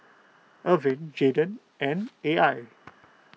Ervin Jayden and A I